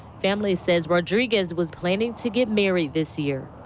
family says rodriguez was planning to get married this year.